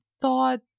thought